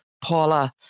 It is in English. Paula